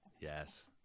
Yes